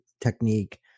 technique